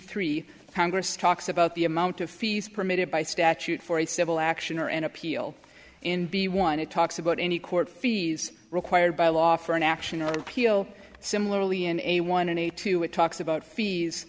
three congress talks about the amount of fees permitted by statute for a civil action or an appeal in b one it talks about any court fees required by law for an action or p o similarly in a one in a two it talks about fees